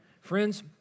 Friends